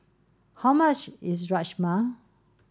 how much is Rajma